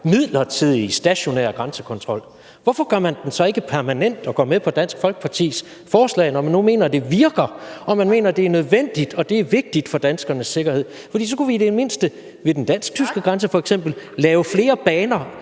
midlertidige stationære grænsekontrol, hvorfor gør man den så ikke permanent og går med på Dansk Folkepartis forslag, når man nu mener, at det virker, og at det er nødvendigt og vigtigt for danskernes sikkerhed? For så kunne vi i det mindste ved den dansk-tyske grænse f.eks. lave flere baner,